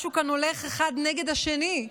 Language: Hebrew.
משהו כאן הולך אחד נגד השני.